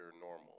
normal